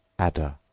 adder,